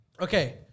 Okay